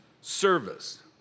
service